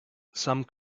some